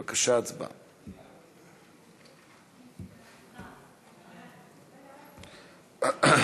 התשע"ז 2017. בבקשה, הצבעה.